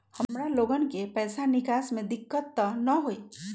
हमार लोगन के पैसा निकास में दिक्कत त न होई?